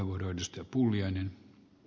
arvoisa puhemies